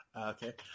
Okay